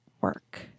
work